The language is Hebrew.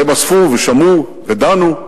והם אספו, ושמעו, ודנו,